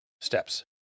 steps